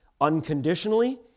unconditionally